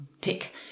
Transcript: tick